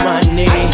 Money